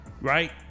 Right